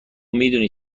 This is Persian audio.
میدونی